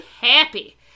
happy